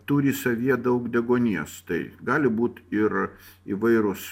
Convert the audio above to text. turi savyje daug deguonies tai gali būt ir įvairūs